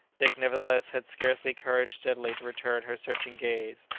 dick nevertheless had scarcely courage steadily to return her searching gaze.